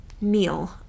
Meal